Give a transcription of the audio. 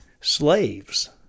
slaves